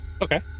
Okay